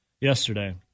yesterday